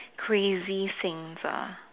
crazy things ah